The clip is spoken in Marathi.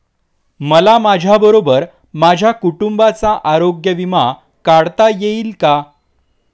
मला माझ्याबरोबर माझ्या कुटुंबाचा आरोग्य विमा काढता येईल का?